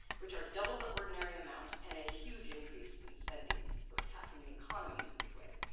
which are double the ordinary amount and a huge increase in spending, so attacking the economies this way.